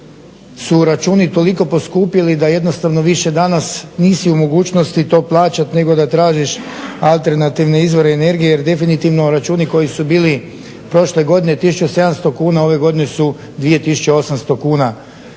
su računi toliko poskupili da jednostavno više danas nisi u mogućnosti to plaćati nego da tražiš alternativne izvore energije jer definitivno računi koji su bili prošle godine 1700 kuna ove godine su 2800 kuna